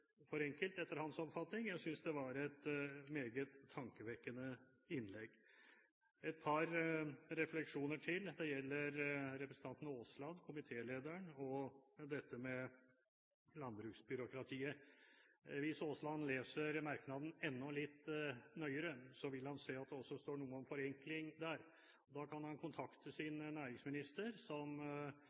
for enkelt. Jeg synes det var et meget tankevekkende innlegg. Jeg har et par refleksjoner til, det gjelder representanten Aasland, komitélederen, og dette med landbruksbyråkratiet. Hvis Aasland leser merknaden enda litt nøyere, vil han se at det også står noe om forenkling der. Da kan han kontakte sin næringsminister som